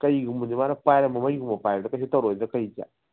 ꯀꯩꯒꯨꯝꯕꯗꯤ ꯃꯥꯅ ꯄꯥꯏꯔꯥ ꯃꯃꯩꯒꯨꯝꯕ ꯄꯥꯏꯕꯗ ꯀꯩꯁꯨ ꯇꯧꯔꯣꯏꯗ꯭ꯔꯥ ꯀꯩꯁꯦ